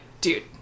dude